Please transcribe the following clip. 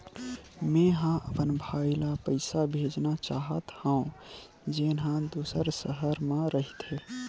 मेंहा अपन भाई ला पइसा भेजना चाहत हव, जेन हा दूसर शहर मा रहिथे